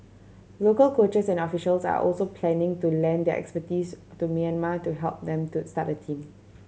local coaches and officials are also planning to lend their expertise to Myanmar to help them to start a team